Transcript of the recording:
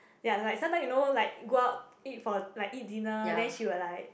ya like sometimes you know like go out eat for like eat dinner then she will like